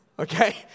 Okay